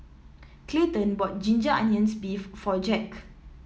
Clayton bought Ginger Onions beef for Jacque